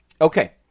okay